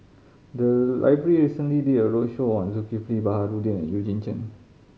the library recently did a roadshow on Zulkifli Baharudin and Eugene Chen